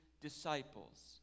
disciples